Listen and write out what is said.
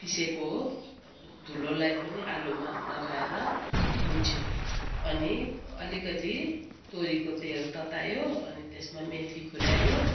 पिसेको धुलोलाई पनि आलुमा लगाएर मुछ्यो अनि अलिकति तोरीको तेल ततायो अनि त्यसमा मेथी फुऱ्यायो